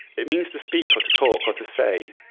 it means to speak or to talk or to say.